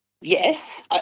Yes